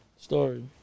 story